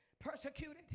persecuted